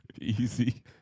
easy